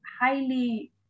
highly